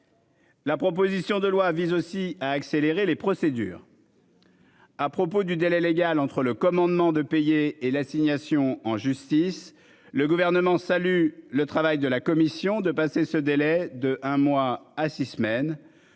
La proposition de loi vise aussi à accélérer les procédures. À propos du délai légal entre le commandement de payer et l'assignation en justice le gouvernement salue le travail de la commission de passer ce délai de un mois à six semaines.